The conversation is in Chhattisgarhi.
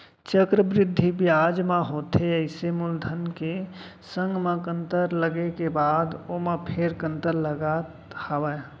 चक्रबृद्धि बियाज म होथे अइसे मूलधन के संग म कंतर लगे के बाद ओमा फेर कंतर लगत हावय